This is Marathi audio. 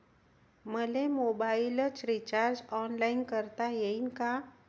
मले मोबाईलच रिचार्ज ऑनलाईन करता येईन का?